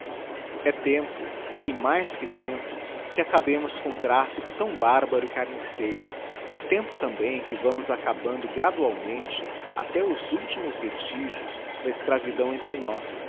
e tempo e mais que tempo que acabemos com trafico tão bárbaro e carniceiro é tempo também que vamos acabando gradualmente até os últimos vestígios da escravidão entre nós